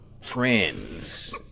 friends